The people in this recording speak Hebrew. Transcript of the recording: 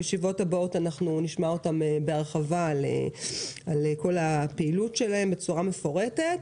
בישיבות הבאות נשמע אותם בהרחבה על כל הפעילות שלהם בצורה מפורטת.